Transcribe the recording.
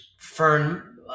Fern